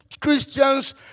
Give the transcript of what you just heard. Christians